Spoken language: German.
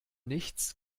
nichts